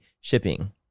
shipping